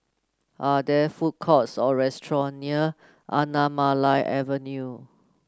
are there food courts or restaurant near Anamalai Avenue